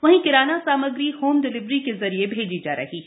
वही किराना सामग्री होम डिलीवरी के जरिये भेजी जा रही है